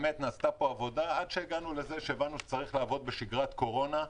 באמת נעשתה פה עבודה עד שהבנו שצריך לעבוד בשגרת קורונה.